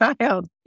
child